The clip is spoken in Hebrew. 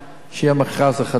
כשיהיה המכרז החדש,